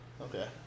Okay